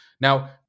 Now